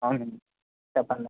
అవునండి చెప్పండి